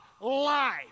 life